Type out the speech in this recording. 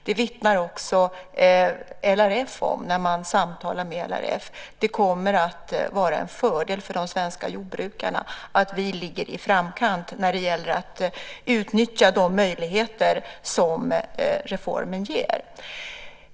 Det vittnar också LRF om när man samtalar med LRF. Det kommer att vara en fördel för de svenska jordbrukarna att vi ligger i framkant när det gäller att utnyttja de möjligheter som reformen ger.